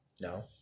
No